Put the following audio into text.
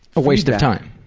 a waste of time.